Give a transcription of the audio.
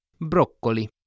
Broccoli